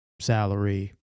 salary